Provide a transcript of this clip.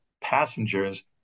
passengers